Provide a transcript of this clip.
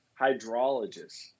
hydrologists